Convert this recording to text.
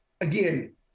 again